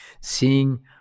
seeing